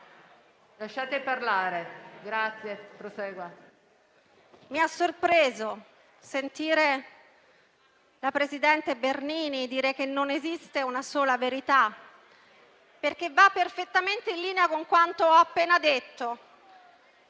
Mi ha sorpreso sentire la presidente Bernini dire che non esiste una sola verità, perché ciò è perfettamente in linea con quanto ho appena detto.